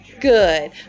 Good